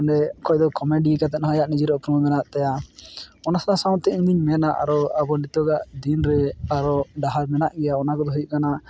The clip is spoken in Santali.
ᱚᱸᱰᱮ ᱚᱠᱚᱭᱫᱚ ᱠᱚᱢᱮᱰᱤ ᱠᱟᱛᱮᱫᱦᱚᱸ ᱟᱭᱟᱜ ᱱᱤᱡᱮᱨᱟᱜ ᱩᱯᱨᱩᱢᱮ ᱵᱮᱱᱟᱣᱮᱫ ᱛᱟᱭᱟ ᱚᱱᱟ ᱥᱟᱶ ᱥᱟᱶᱛᱮ ᱤᱧᱤᱧ ᱢᱮᱱᱟ ᱟᱨ ᱟᱵᱚ ᱱᱤᱛᱚᱜᱼᱟᱜ ᱫᱤᱱᱨᱮ ᱟᱨᱚ ᱞᱟᱦᱟ ᱨᱮᱱᱟᱜ ᱜᱮ ᱚᱱᱟᱠᱚ ᱫᱚ ᱦᱩᱭᱩᱜ ᱠᱟᱱᱟ